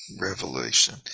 Revelation